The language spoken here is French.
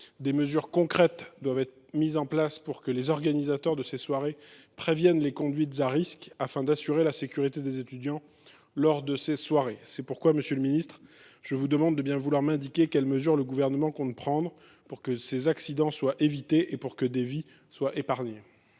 Des mesures concrètes doivent être mises en place pour que les organisateurs de ces soirées préviennent les conduites à risques, afin d’assurer la sécurité des étudiants. C’est pourquoi, monsieur le ministre, je vous demande de bien vouloir m’indiquer quelles mesures le Gouvernement compte prendre pour que ces accidents soient évités et pour que des vies soient épargnées.